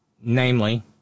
Namely